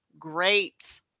great